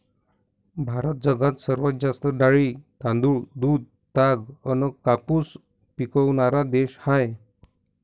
भारत जगात सर्वात जास्त डाळी, तांदूळ, दूध, ताग अन कापूस पिकवनारा देश हाय